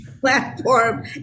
platform